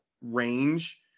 range